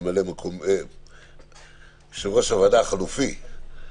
יושב-ראש הוועדה החלופי,